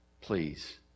please